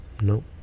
No